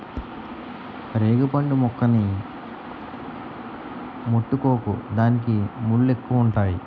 రేగుపండు మొక్కని ముట్టుకోకు దానికి ముల్లెక్కువుంతాయి